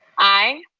aye.